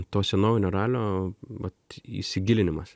to senovinio ralio vat įsigilinimas